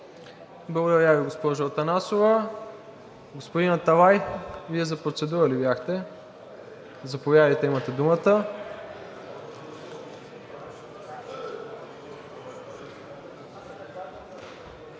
Благодаря Ви, госпожо Атанасова. Господин Аталай, Вие за процедура ли бяхте? Заповядайте, имате думата.